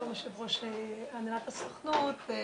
יושב ראש הנהלת הסוכנות,